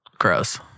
Gross